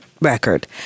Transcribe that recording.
record